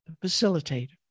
facilitate